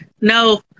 no